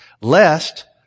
lest